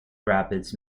rapids